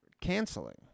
canceling